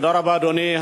תודה רבה, אדוני.